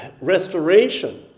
restoration